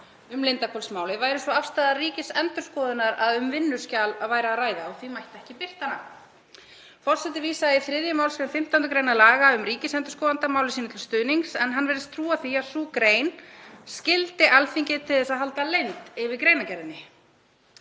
um Lindarhvolsmálið væri sú afstaða Ríkisendurskoðunar að um vinnuskjal væri að ræða og því mætti ekki birta hana. Forseti vísaði í 3. mgr. 15. gr. laga um ríkisendurskoðanda máli sínu til stuðnings en hann virðist trúa því að sú grein skyldi Alþingi til að halda leynd yfir greinargerðinni.